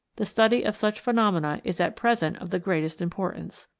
the study of such phenomena is at present of the greatest importance.